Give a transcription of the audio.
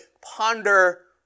ponder